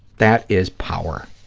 that is power.